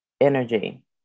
energy